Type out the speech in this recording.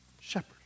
shepherd